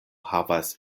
havas